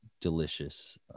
delicious